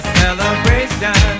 celebration